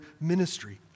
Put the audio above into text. ministry